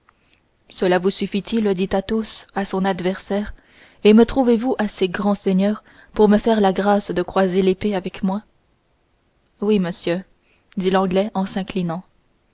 cela vous suffit-il dit athos à son adversaire et me trouvezvous assez grand seigneur pour me faire la grâce de croiser l'épée avec moi oui monsieur dit l'anglais en s'inclinant